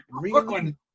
Brooklyn